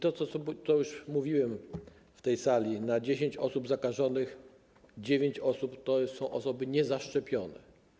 Tak jak już mówiłem w tej sali, na 10 osób zakażonych 9 osób to są osoby niezaszczepione.